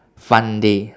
fun day